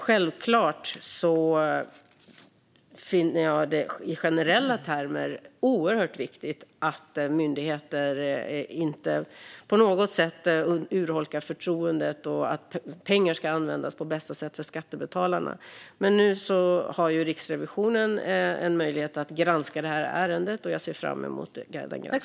Självklart finner jag det i generella termer oerhört viktigt att myndigheter inte på något sätt urholkar förtroendet och att pengar ska användas på bästa sätt för skattebetalarna. Nu har Riksrevisionen en möjlighet att granska detta ärende, och jag ser fram emot den granskningen.